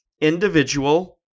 individual